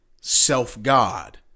self-God